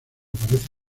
aparece